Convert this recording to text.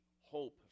hope